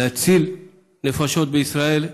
להציל נפשות בישראל,